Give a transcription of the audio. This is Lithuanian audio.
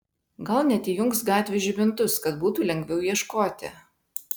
gal net įjungs gatvių žibintus kad būtų lengviau ieškoti